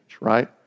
right